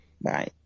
Bye